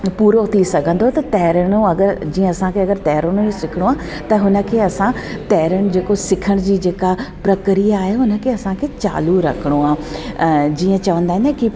पुरो थी सघंदो त तरिणो अगरि जीअं असांखे तरिणो ई सिखणो आहे त हुन खे असां तरणु जेको सिखण जी जेका प्रक्रिया आहे हुन खे असांखे चालू रखणो आहे जीअं चवंदा आहियूं न की